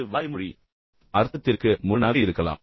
இது வாய்மொழி அர்த்தத்திற்கு முரணாக இருக்கலாம்